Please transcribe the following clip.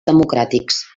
democràtics